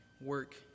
work